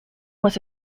was